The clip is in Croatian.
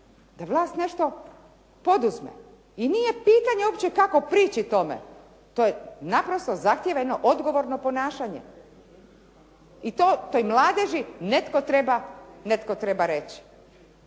da vlast nešto poduzme i nije pitanje uopće kako prići tome. To je naprosto zhtjeveno odgovorno ponašanje i to toj mladeži netko treba reći.